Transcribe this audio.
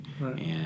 Right